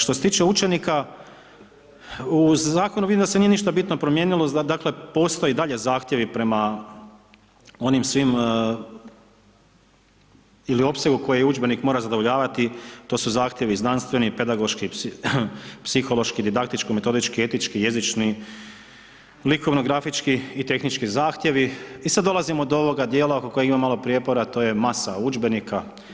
Što se tiče učenika u zakonu vidim da se nije ništa bitno promijenilo, dakle postoje i dalje zahtjevi prema onim svim ili opsegu koji udžbenik mora zadovoljavati to su zahtjevi znanstveni, pedagoški, psihološki, didaktičko-metodološki, etički, jezični, likovno-grafički i tehnički zahtjevi i sad dolazimo do ovoga dijela oko kojeg ima malo prijepora to je masa udžbenika.